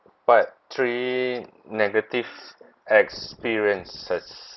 part three negative experiences